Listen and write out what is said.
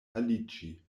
aliĝi